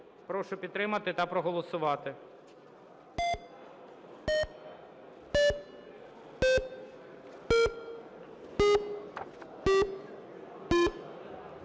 Прошу підтримати та проголосувати.